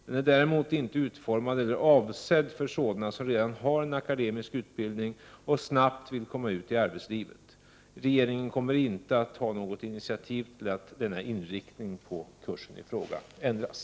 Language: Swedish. Den är däremot inte utformad eller avsedd för sådana som redan har en akademisk utbildning och snabbt vill komma ut i arbetslivet. Regeringen kommer inte att ta något initiativ till att denna inriktning på kursen ändras.